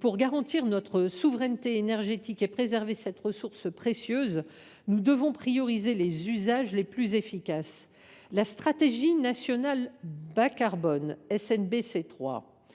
Pour garantir notre souveraineté énergétique et préserver cette ressource précieuse, nous devons prioriser les usages les plus efficaces. La troisième stratégie nationale bas carbone (SNBC)